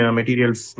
materials